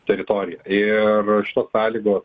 teritorija ir iš tos sąlygos